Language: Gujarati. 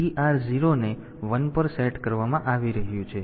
તેથી TR 0 ને 1 પર સેટ કરવામાં આવી રહ્યું છે